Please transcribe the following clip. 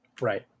Right